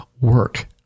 work